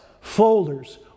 folders